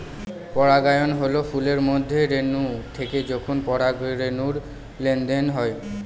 পরাগায়ন হল ফুলের মধ্যে রেনু থেকে যখন পরাগরেনুর লেনদেন হয়